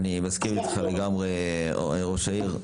אני מסכים איתך לגמרי, ראש העיר.